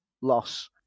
loss